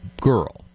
girl